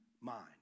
mind